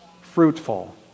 fruitful